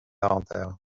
inter